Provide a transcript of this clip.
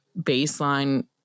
baseline